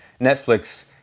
Netflix